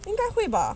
应该会吧